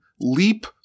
leap